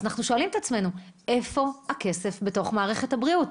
אז אנחנו שואלים את עצמנו: איפה הכסף בתוך מערכת הבריאות?